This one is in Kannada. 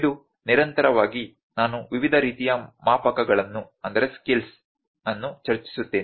ಇದು ನಿರಂತರವಾಗಿ ನಾನು ವಿವಿಧ ರೀತಿಯ ಮಾಪಕಗಳನ್ನು ಚರ್ಚಿಸುತ್ತೇನೆ